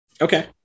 Okay